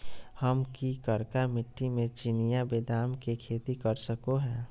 हम की करका मिट्टी में चिनिया बेदाम के खेती कर सको है?